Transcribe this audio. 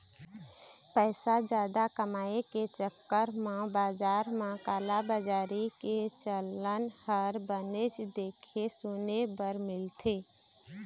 पइसा जादा कमाए के चक्कर म बजार म कालाबजारी के चलन ह बनेच देखे सुने बर मिलथे